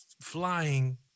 flying